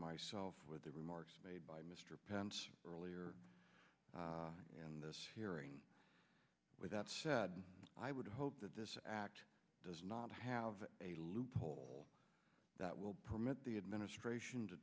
myself with the remarks made by mr pence earlier in this hearing with that said i would hope that this act does not have a loophole that will permit the administration to